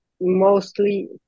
mostly